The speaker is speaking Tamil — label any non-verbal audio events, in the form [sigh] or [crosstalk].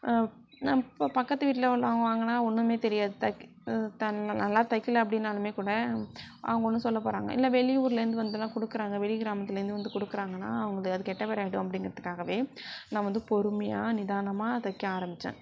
நான் இப்போ பக்கத்து வீட்டில உள்ளவங்க வாங்கினா ஒன்றுமே தெரியாது தைக்க [unintelligible] நான் நல்லா தைக்கல அப்படினாலுமே கூட அவங்க ஒன்றும் சொல்லப்போறாங்க இல்லை வெளியூர்ல இருந்து வந்துலாம் கொடுக்குறாங்க வெளி கிராமத்தில் இருந்து வந்து கொடுக்குறாங்கனா அவங்களுக்கு அது கெட்ட பேராக ஆகிடும் அப்படிங்குறதுக்காகவே நான் வந்து பொறுமையாக நிதானமாக தைக்க ஆரம்பித்தேன்